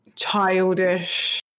Childish